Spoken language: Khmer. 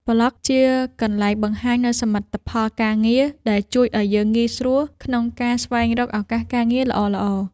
ប្លក់ជាកន្លែងបង្ហាញនូវសមិទ្ធផលការងារ ដែលជួយឱ្យយើងងាយស្រួលក្នុងការស្វែងរកឱកាសការងារល្អៗ។